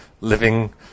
living